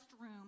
room